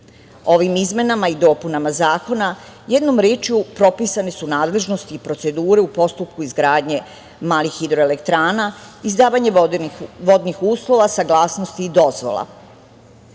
izmenama i dopunama zakona jednom rečju propisane su nadležnosti i procedure u postupku izgradnje malih hidroelektrana, izdavanje vodnih uslova, saglasnosti i